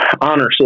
honor